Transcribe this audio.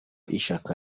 y’ishyaka